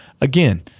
again